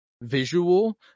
visual